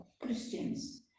Christians